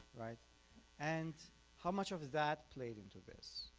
and how much of that played into this?